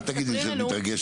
אל תגידי לי שאת מתרגשת,